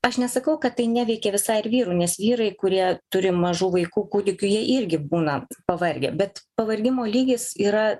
aš nesakau kad tai neveikia visai ir vyrų nes vyrai kurie turi mažų vaikų kūdikių jie irgi būna pavargę bet pavargimo lygis yra